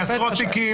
זה עשרות תיקים.